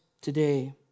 today